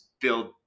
build